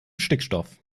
stickstoff